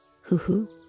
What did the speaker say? Hoo-hoo